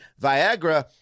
Viagra